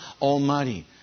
Almighty